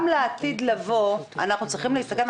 גם לעתיד לבוא אנחנו צריכים להסתכל.